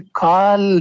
call